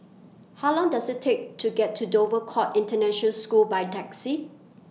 How Long Does IT Take to get to Dover Court International School By Taxi